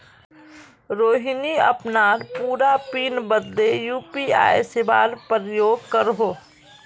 रोहिणी अपनार पूरा पिन बदले यू.पी.आई सेवार प्रयोग करोह